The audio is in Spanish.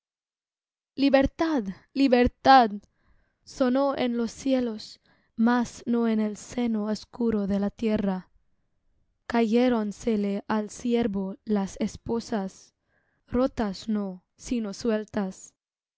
libertad libertad sonó en los cielos mas no en el seno oscuro de la tierra cayéronsele al siervo las esposas rotas no sino sueltas